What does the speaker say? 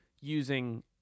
using